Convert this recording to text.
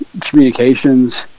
communications